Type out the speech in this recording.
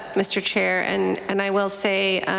mr. chair. and and i will say